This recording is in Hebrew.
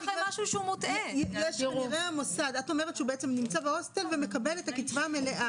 את אומרת שהוא נמצא בהוסטל ומקבל את הקצבה המלאה.